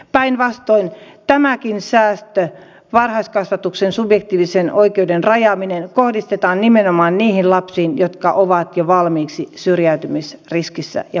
päinvastoin tämäkin säästö varhaiskasvatuksen subjektiivisen oikeuden rajaaminen kohdistetaan nimenomaan niihin lapsiin jotka ovat jo valmiiksi syrjäytymisriskissä ja vaarassa